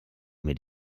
mit